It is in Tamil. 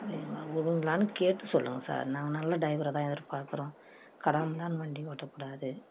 அப்படி எங்களை விடுவிங்களான்னு கேட்டு சொல்லுங்கள் சார் நாங்கள் நல்ல டைவரை தான் எதிர் பார்க்குறோம் கடாமுடான்னு வண்டி ஓட்டக்கூடாது